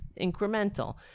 incremental